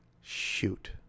Shoot